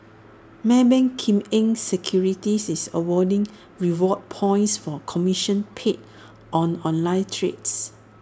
maybank Kim Eng securities is awarding reward points for commission paid on online trades